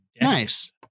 Nice